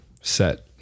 set